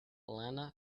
lenna